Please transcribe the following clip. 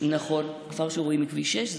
מה שרואים מכביש 6?